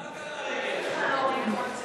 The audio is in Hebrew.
עבדאללה, מה קרה לרגל?